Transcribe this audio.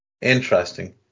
Interesting